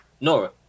Nora